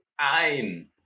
time